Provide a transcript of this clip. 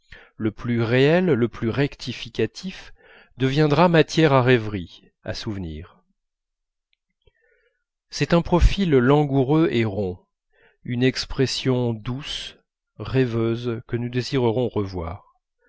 le plus réel le plus rectificatif deviendra matière à rêverie à souvenirs c'est un profil langoureux et rond une expression douce rêveuse que nous désirerons revoir